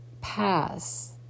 pass